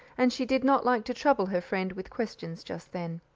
and she did not like to trouble her friend with questions just then.